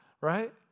right